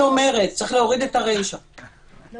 דיון